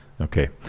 Okay